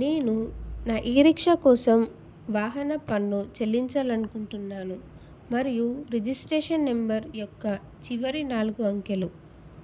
నేను నా ఈ రిక్షా కోసం వాహన పన్ను చెల్లించాలనుకుంటున్నాను మరియు రిజిస్ట్రేషన్ నెంబర్ యొక్క చివరి నాలుగు అంకెలు